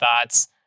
thoughts